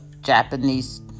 japanese